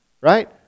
Right